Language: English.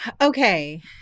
Okay